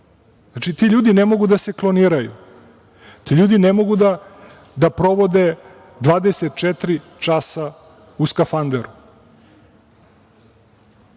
Znači, ti ljudi ne mogu da se kloniraju, ti ljudi ne mogu da provode 24 časa u skafanderu.